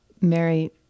Mary